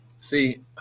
See